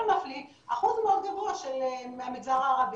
אחוז מאוד גבוה הם מהמגזר הערבי.